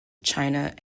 china